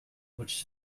which